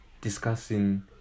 discussing